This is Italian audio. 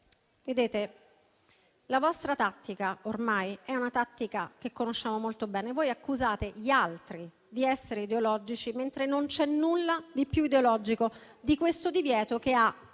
Vedete, la vostra tattica ormai la conosciamo molto bene: voi accusate gli altri di essere ideologici, mentre non c'è nulla di più ideologico di questo divieto che ha